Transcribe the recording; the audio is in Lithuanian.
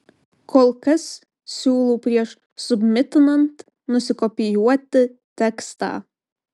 kol kas siūlau prieš submitinant nusikopijuoti tekstą